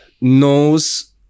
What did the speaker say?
knows